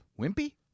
Wimpy